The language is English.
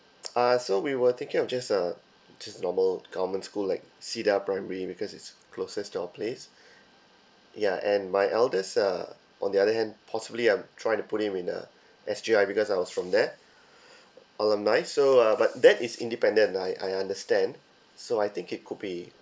uh so we were thinking of just a just a normal government school like cedar primary because it's closest to our place ya and my eldest uh on the other hand possibly I would try to put him in uh S_J_I because I was from there alumni so uh that is independent I I understand so I think it could be